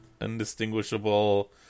undistinguishable